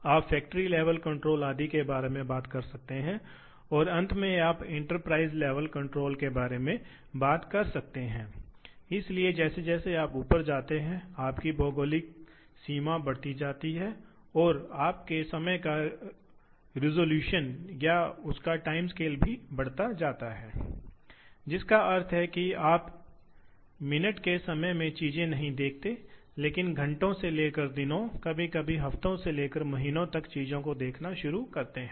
तो आप दो आयामी गति बना सकते हैं और कटर घूम रहा है और एक स्थान पर स्थिर है इसलिए आप इसे मोड़ने की तुलना में देखते हैं यह मोड़ में बौना टुकड़ा था जो यहाँ घूम रहा था यह उपकरण है जो घूम रहा है इसलिए यह दोनों तरीके से हो सकता है उदाहरण के लिए यदि आप ड्रिलिंग नामक एक अन्य प्रक्रिया लेते हैं तो ड्रिलिंग में भी यह काम का टुकड़ा है जिसमें दो आयामी गति होती है और क्योंकि आप काम के टुकड़े पर कहीं भी छेद ड्रिल करना पसंद कर सकते हैं